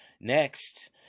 Next